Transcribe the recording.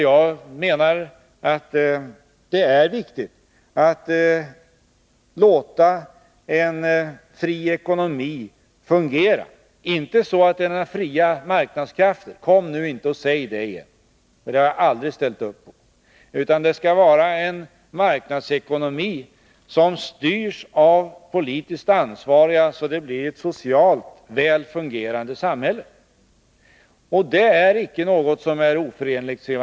Jag menar att det är riktigt att låta en fri ekonomi fungera. Jag talar inte om några fria marknadskrafter — kom nu inte och säg det igen, för några sådana har jag aldrig ställt upp på! Jag talar om en marknadsekonomi som styrs av politiskt ansvariga så att vi får ett socialt väl fungerande samhälle. Det är inte oförenliga ståndpunkter, C.-H.